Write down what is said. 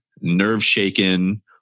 nerve-shaken